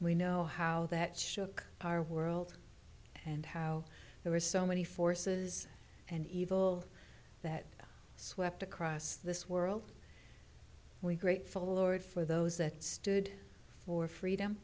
harbor we know how that shook our world and how there were so many forces and evil that swept across this world we're grateful lord for those that stood for freedom